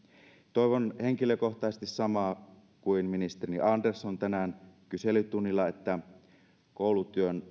toivon henkilökohtaisesti samaa kuin ministeri andersson tänään kyselytunnilla että koulutyön